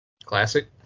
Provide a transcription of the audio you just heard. Classic